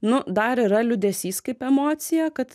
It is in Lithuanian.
nu dar yra liūdesys kaip emocija kad